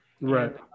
right